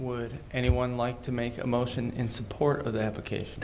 would anyone like to make a motion in support of the application